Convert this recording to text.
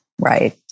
Right